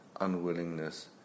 unwillingness